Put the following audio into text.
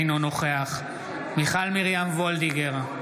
אינו נוכח מיכל מרים וולדיגר,